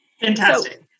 Fantastic